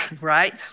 right